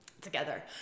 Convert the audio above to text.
together